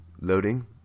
loading